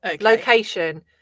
location